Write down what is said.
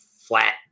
flat